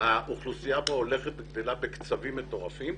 האוכלוסייה בו הולכת וגדלה בקצבים מטורפים,